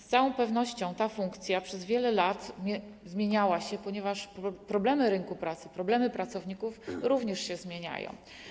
Z całą pewnością ta funkcja przez wiele lat się zmieniała, ponieważ problemy rynku pracy i problemy pracowników również się zmieniają.